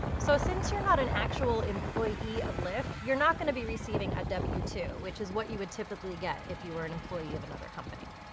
so since you're not an actual employee of lyft you're not gonna be receiving a w two, which is what you would typically get if you were an employee of another company.